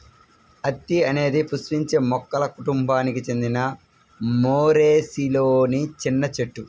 అత్తి అనేది పుష్పించే మొక్కల కుటుంబానికి చెందిన మోరేసిలోని చిన్న చెట్టు